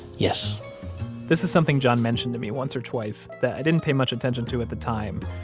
yes this is something john mentioned to me once or twice that i didn't pay much attention to at the time,